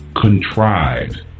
contrived